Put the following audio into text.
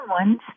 ones